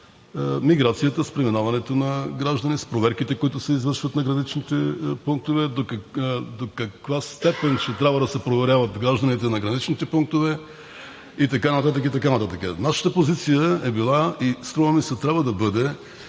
миграцията, с преминаването на граждани, с проверките, които се извършват на граничните пунктове, до каква степен ще трябва да се проверяват гражданите на граничните пунктове и така нататък, и така нататък. Нашата позиция е била и струва ми се трябва да бъде,